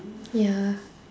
ya